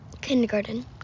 Kindergarten